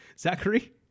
Zachary